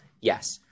Yes